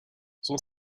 son